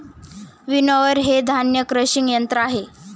winnower हे धान्य crushing यंत्र आहे